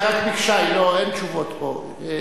היא רק ביקשה, אין תשובות פה.